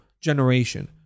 generation